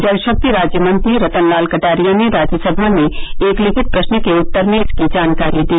जलशक्ति राज्य मंत्री रतनलाल कटारिया ने राज्यसभा में एक लिखित प्रश्न के उत्तर में इसकी जानकारी दी